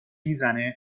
میزنه